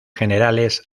generales